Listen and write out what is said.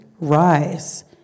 rise